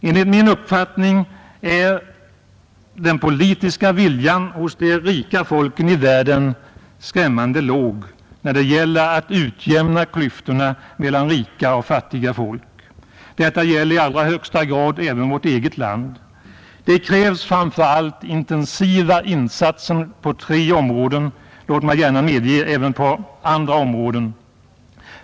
Enligt min uppfattning är den politiska viljan hos de rika folken i världen skrämmande låg, när det gäller att utjämna klyftorna mellan rika och fattiga folk. Detta gäller i allra högsta grad även vårt eget land. Det krävs framför allt intensiva insatser på tre områden — och låt mig gärna medge det även på andra områden.